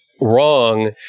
wrong